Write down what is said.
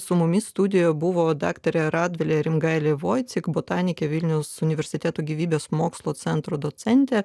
su mumis studija buvo daktarė radvilė rimgailė botanikė vilniaus universiteto gyvybės mokslų centro docentė